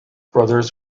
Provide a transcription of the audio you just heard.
brothers